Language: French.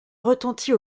retentit